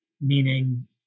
meaning